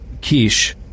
Kish